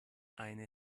eine